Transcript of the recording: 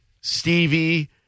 Stevie